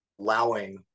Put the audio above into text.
allowing